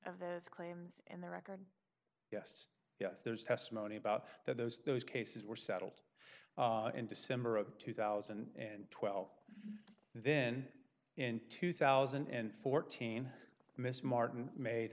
the claims and the record yes yes there's testimony about that those those cases were settled in december of two thousand and twelve and then in two thousand and fourteen miss martin made